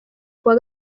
kuwa